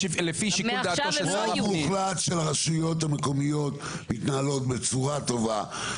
רוב מוחלט של הרשויות המקומיות מתנהלות בצורה טובה,